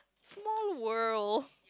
small world